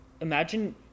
Imagine